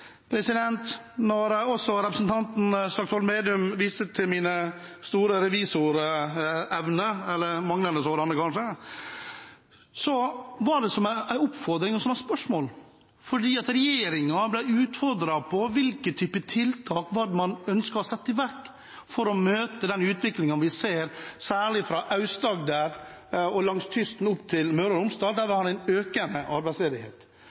Når også representanten Slagsvold Vedum viste til mine store revisorevner – eller manglende sådanne, kanskje – var det som en oppfordring, som et spørsmål, fordi regjeringen ble utfordret på hvilke type tiltak man ønsker å sette i verk for å møte den utviklingen vi ser, særlig fra Aust-Agder og langs kysten opp til Møre og Romsdal, der vi har en økende arbeidsledighet.